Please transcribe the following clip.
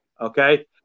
Okay